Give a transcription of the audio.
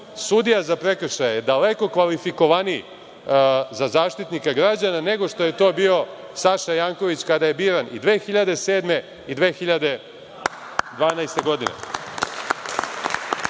sudija za prekršaje je daleko kvalifikovaniji za Zaštitnika građana nego što je to bio Saša Janković kada je biran i 2007. i 2012. godine. Zbog